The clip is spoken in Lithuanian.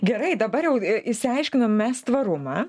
gerai dabar jau išsiaiškinom mes tvarumą